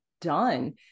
done